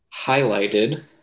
highlighted